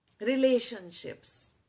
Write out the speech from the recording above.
Relationships